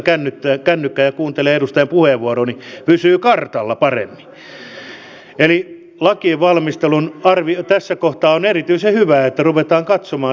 mielenkiinnolla seurasin tiedotusvälineitä liittyen usan presidentinvaaleihin ennen kaikkea republikaanien presidentinvaaliehdokkaisiin ja siellähän oli puhetta tämmöisestä pienoissotilasliitosta